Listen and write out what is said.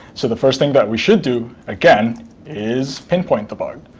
so, the first thing that we should do again is pinpoint the bug.